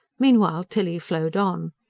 meanwhile tilly flowed on.